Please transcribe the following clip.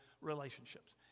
Relationships